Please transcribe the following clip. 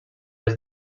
est